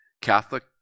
Catholic